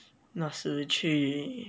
那时去